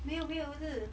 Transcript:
没有没有不是